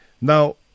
Now